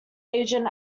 agent